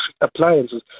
appliances